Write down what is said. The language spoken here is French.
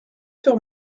sur